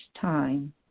time